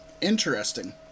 interesting